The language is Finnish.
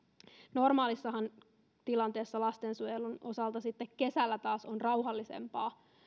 normaalissa tilanteessahan lastensuojelun osalta sitten kesällä taas on rauhallisempaa